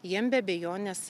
jiem be abejonės